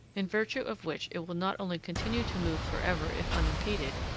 in virtue of which it will not only continue to move for ever if unimpeded,